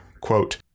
quote